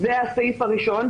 זה הסעיף הראשון.